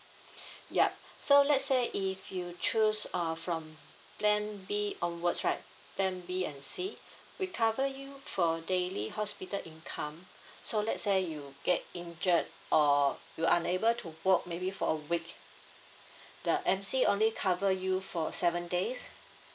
yup so let say if you choose uh from plan B onwards right plan B and C we cover you for daily hospital income so let say you get injured or you unable to walk maybe for a week the M_C only cover you for seven days